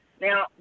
Now